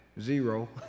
zero